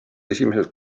esimesed